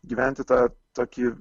gyventi tą tokį